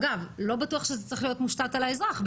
אגב, לא בטוח שזה צריך להיות מושת על האזרח.